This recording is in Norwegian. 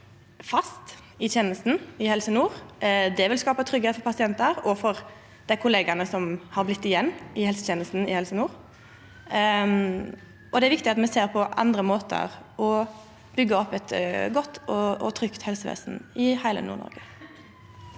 fast i tenesta i Helse nord. Det vil skapa tryggleik for pasientar og for dei kollegaene som har blitt igjen i helsetenesta i Helse nord. Det er viktig at me ser på andre måtar å byggja opp eit godt og trygt helsevesen i heile Nord-Noreg